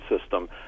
system